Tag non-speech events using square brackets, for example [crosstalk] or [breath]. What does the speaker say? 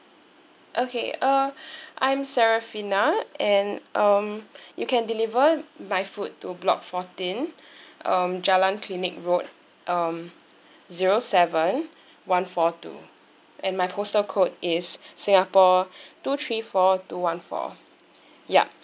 okay uh [breath] I'm seraphina and um you can deliver my food to block fourteen [breath] um jalan klinik road um zero seven one four two and my postal code is singapore two three four two one four yup